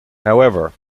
however